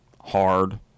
Hard